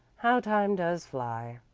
how time does fly!